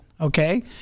Okay